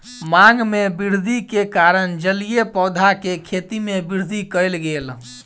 मांग में वृद्धि के कारण जलीय पौधा के खेती में वृद्धि कयल गेल